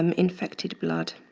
um infected blood,